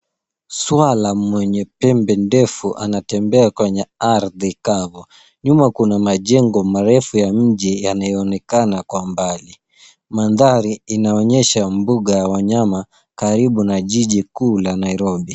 Swala mwenye pembe ndefu anatembea kwenye ardhi kavu. Nyuma kuna majengo marefu ya mji yanayoonekana kwa mbali. Mandhari inaonyesha mbuga ya wanyama karibu na jiji kuu la Nairobi.